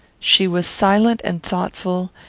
she was silent and thoughtful,